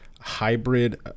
hybrid